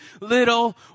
little